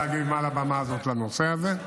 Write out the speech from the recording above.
להגיב מעל הבמה הזאת על הנושא הזה,